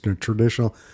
traditional